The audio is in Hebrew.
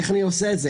איך אני עושה את זה?